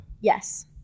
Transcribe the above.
Yes